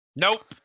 Nope